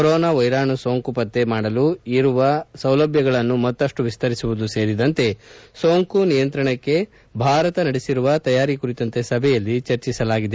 corona ವೈರಾಣು ಸೋಂಕು ಪತ್ತೆ ಮಾಡಲು ಇರುವ ಸೌಲಭ್ಯಗಳನ್ನು ಮತ್ತಪ್ಟು ವಿಸ್ತರಿಸುವುದು ಸೇರಿದಂತೆ ಸೋಂಕು ನಿಯಂತ್ರಣಕ್ಕೆ ಭಾರತ ನಡೆಸಿರುವ ತಯಾರಿ ಕುರಿತಂತೆ ಸಭೆಯಲ್ಲಿ ಚರ್ಚಿಸಲಾಗಿದೆ